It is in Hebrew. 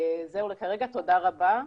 זהו לכרגע, תודה רבה.